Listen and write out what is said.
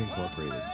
Incorporated